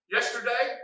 Yesterday